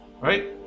Right